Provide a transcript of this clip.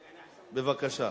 בבקשה.